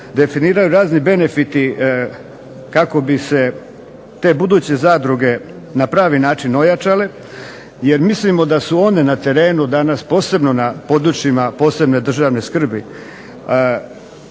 definiraju razni benefiti kako bi se te buduće zadruge na pravi način ojačale, jer mislimo da su one na terenu danas posebno na područjima posebne državne skrbi